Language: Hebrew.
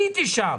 הייתי שם.